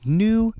new